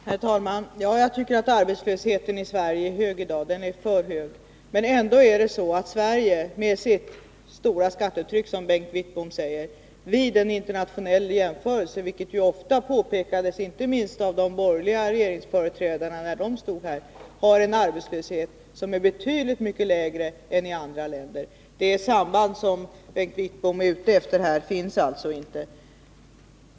Herr talman! Ja, jag tycker att arbetslösheten i Sverige är hög i dag. Den är för hög. Men ändå har Sverige — med sitt, enligt Bengt Wittbom, stora skattetryck — vid en internationell jämförelse, vilket ju ofta påpekades inte minst av de borgerliga regeringsföreträdarna, en arbetslöshet som är betydligt lägre än i andra länder. Det samband som Bengt Wittbom är ute efter här finns alltså inte.